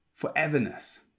foreverness